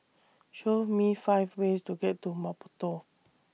Show Me five ways to get to Maputo